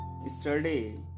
yesterday